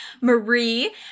marie